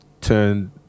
turn